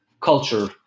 culture